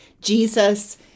Jesus